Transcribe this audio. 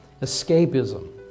escapism